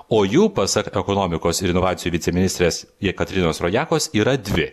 o jų pasak ekonomikos ir inovacijų viceministrės jekaterinos rojakos yra dvi